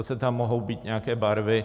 Zase tam mohou být nějaké barvy.